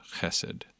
chesed